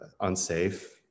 unsafe